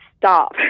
Stop